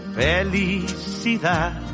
felicidad